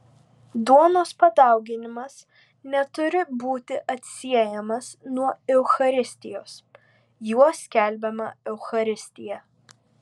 duonos padauginimas neturi būti atsiejamas nuo eucharistijos juo skelbiama eucharistija